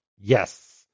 Yes